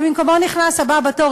ובמקומו נכנס הבא בתור,